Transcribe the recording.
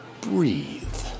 breathe